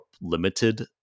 limited